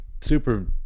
Super